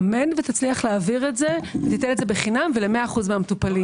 אמן שתצליח להעביר את זה ותיתן את זה בחינם ל-100% מהמטופלים.